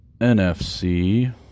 NFC